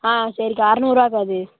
ஆ சரிக்கா அறநூறுருவாக்கா அது